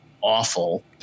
awful